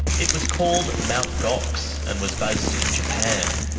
it was called mt gox and was based in japan.